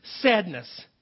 Sadness